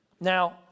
Now